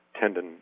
tendon